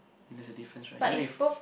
and there's a difference right you know if